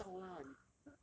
不知道啦你